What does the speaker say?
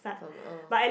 from a